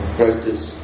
practice